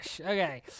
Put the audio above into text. Okay